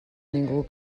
ningú